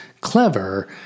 clever